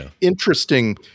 interesting